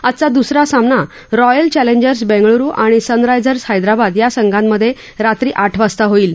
आजचा दुसरा सामना रॉयल चँलेंजर्स बेंगळुरु आणि सनरायजर्स हैदराबाद या संघामधे रात्री आठ वाजता होईल